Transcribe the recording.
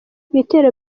ibitero